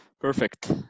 Perfect